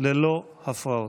ללא הפרעות.